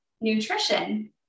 nutrition